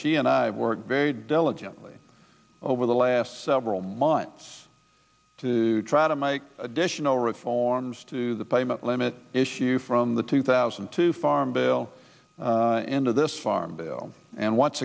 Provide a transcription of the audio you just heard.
he and i worked very diligently over the last several months to try to make additional reforms to the payment limit issue from the two thousand and two farm bill into this farm bill and once